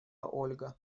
ольга